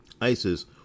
isis